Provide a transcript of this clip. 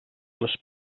les